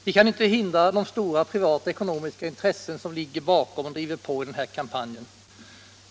Vi kan inte hindra de stora privata ekonomiska intressen som ligger bakom och driver på i den här kampanjen.